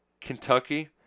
Kentucky